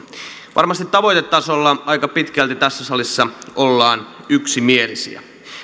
varmasti tavoitetasolla aika pitkälti tässä salissa ollaan yksimielisiä